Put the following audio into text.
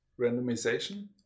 randomization